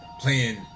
playing